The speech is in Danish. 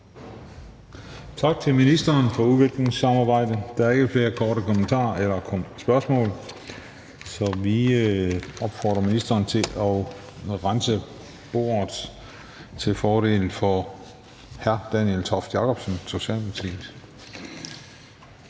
Tak til ministeren for udviklingssamarbejde. Der er ikke flere spørgsmål, og så opfordrer vi ministeren til at rense bordet til fordel for hr. Daniel Toft Jakobsen, Socialdemokratiet.